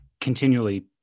continually